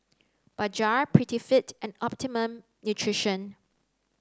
Bajaj Prettyfit and Optimum Nutrition